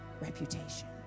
reputation